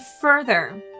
further